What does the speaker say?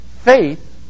Faith